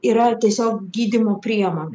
yra tiesiog gydymų priemonė